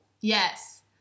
Yes